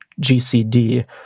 GCD